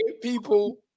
people